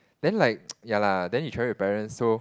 then like ya like then you travelling with parents so